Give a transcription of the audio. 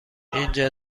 اینجا